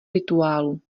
rituálu